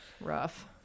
Rough